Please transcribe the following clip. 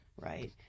right